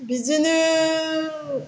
बिदिनो